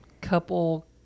Couple